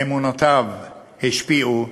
אמונותיו השפיעו?